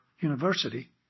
university